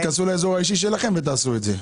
כנסו לאזור האישי שלכם ותעשו את זה.